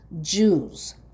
Jews